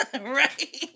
Right